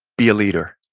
be a leader.